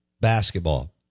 Basketball